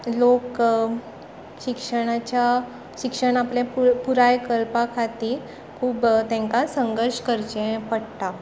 लोक शिक्षणाच्या शिक्षण आपलें पु पुराय करपा खातीर खूब तांकां संघर्श करचे पडटा